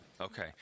Okay